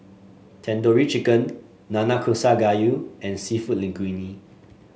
Tandoori Chicken Nanakusa Gayu and seafood Linguine